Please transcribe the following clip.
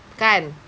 kan